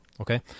okay